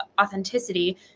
authenticity